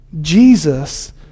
Jesus